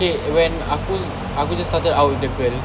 okay when aku aku just started out with the girl